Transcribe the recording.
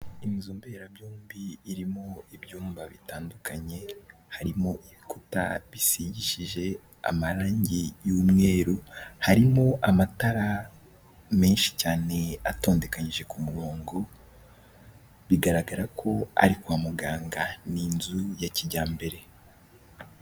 Inzu mberabyombi irimowo ibyumba bitandukanye, harimo ibikuta bisigishije amarangi y'umweru, harimo amatara menshi cyane atondekanyije ku murongo bigaragara ko ari kwa muganga, ni inzu ya kijyambere.